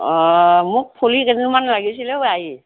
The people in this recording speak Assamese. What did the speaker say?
অ মোক ফুলি কেইযোৰমান লাগিছিলে অও আই